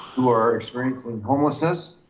who are experiencing homelessness.